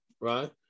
right